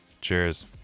Cheers